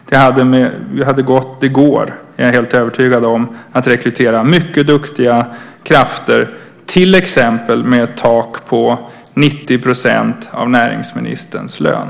Jag är helt övertygad om att det går att rekrytera mycket duktiga krafter med ett lönetak på till exempel 90 % av näringsministerns lön.